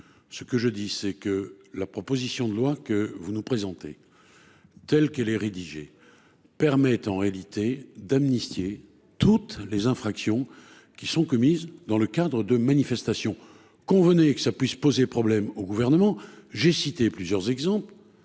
? Je dis simplement que la proposition de loi que vous nous présentez, telle qu’elle est rédigée, permet en réalité d’amnistier toutes les infractions qui sont commises dans le cadre de manifestations. Convenez que cela puisse poser problème au Gouvernement ! J’ai cité plusieurs exemples.